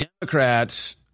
Democrats